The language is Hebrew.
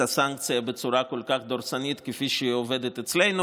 הסנקציה בצורה כל כך דורסנית כפי שהיא עובדת אצלנו.